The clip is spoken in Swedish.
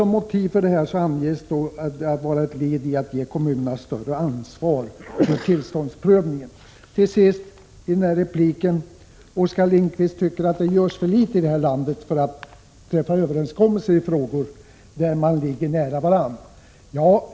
Motivet för den ändringen anges vara att den är ett led i att ge kommunerna större ansvar för tillståndsprövningen. Till sist, i den här repliken: Oskar Lindkvist säger att det görs för litet i det här landet för att träffa överenskommelser i frågor där man ligger nära varandra.